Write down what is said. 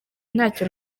ntacyo